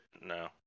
No